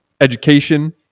education